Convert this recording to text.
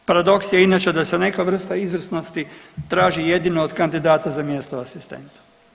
Paradoks je inače da se neka vrsta izvrsnosti traži jedino od kandidata za mjesto asistenta.